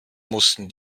mussten